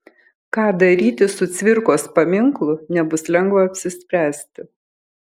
ką daryti su cvirkos paminklu nebus lengva apsispręsti